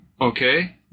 okay